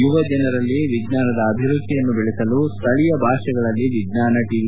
ಯುವ ಜನರಲ್ಲಿ ವಿಜ್ಞಾನದ ಅಭಿರುಚಿಯನ್ನು ಬೆಳೆಸಲು ಸ್ಥಳೀಯ ಭಾಷೆಗಳಲ್ಲಿ ವಿಜ್ಞಾನ ಟಿ